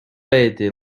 betty